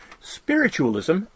Spiritualism